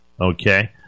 okay